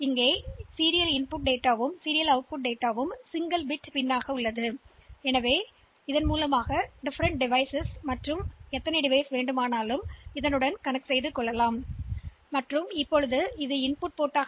எனவே இந்த எஸ்ஐடி மற்றும் எஸ்ஓடி என்பதால் அவை ஒற்றை பிட் பின் மற்றும் நாம் வெவ்வேறு சாதனங்கள் அதனுடன் இணைக்கப்பட்ட சாதனங்களின் எண்ணிக்கை மற்றும் எல்லாவற்றையும் கொண்டிருக்க வேண்டியதில்லை